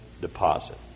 deposit